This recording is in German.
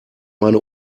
meine